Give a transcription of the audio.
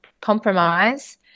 compromise